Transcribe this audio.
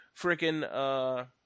freaking